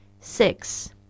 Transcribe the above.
Six